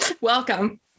Welcome